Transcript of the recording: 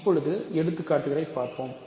இப்போது எடுத்துக்காட்டுகளைப் பார்ப்போம்